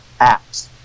apps